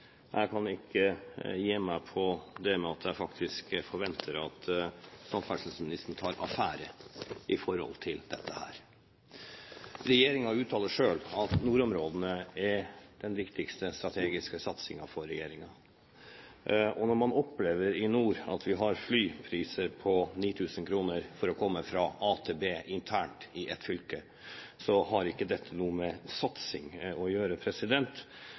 Jeg kan ikke gi meg på og jeg forventer at samferdselsministeren tar affære når det gjelder dette. Regjeringen uttaler selv at nordområdene er dens viktigste strategiske satsing. Når man i nord opplever at prisen på flyreiser for å komme fra a til b internt i et fylke er 9 000 kr, har ikke det noe med satsing å gjøre.